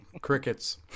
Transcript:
Crickets